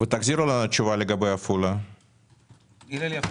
ותחזירו לנו תשובה לגבי הילל יפה.